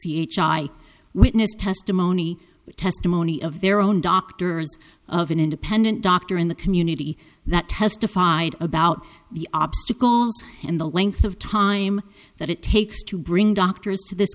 eye witness testimony testimony of their own doctors of an independent doctor in the community that testified about the obstacles and the length of time that it takes to bring doctors to this